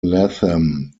latham